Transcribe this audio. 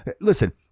Listen